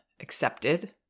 accepted